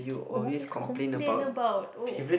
always complain about oh